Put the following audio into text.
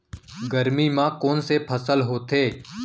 गरमी मा कोन से फसल होथे?